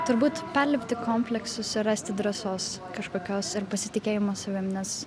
turbūt perlipti kompleksus ir rasti drąsos kažkokios ir pasitikėjimo savim nes